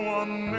one